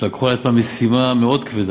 שלקחו על עצמם משימה מאוד כבדה,